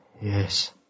Yes